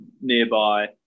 nearby